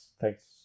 thanks